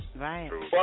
Right